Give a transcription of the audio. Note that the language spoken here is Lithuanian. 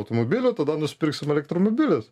automobiliu tada nusipirksim elektromobilius